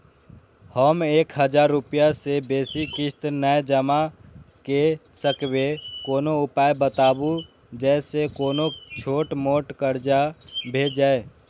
हम एक हजार रूपया से बेसी किस्त नय जमा के सकबे कोनो उपाय बताबु जै से कोनो छोट मोट कर्जा भे जै?